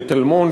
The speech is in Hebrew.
בטלמון,